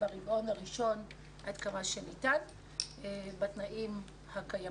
ברבעון הראשון עד כמה שניתן בתנאים הקיימים.